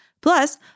Plus